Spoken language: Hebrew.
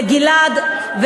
לגלעד,